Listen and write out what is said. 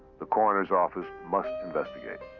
the coroner's office must investigate.